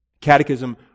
Catechism